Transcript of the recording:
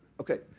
Okay